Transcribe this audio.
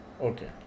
Okay